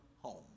home